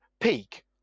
peak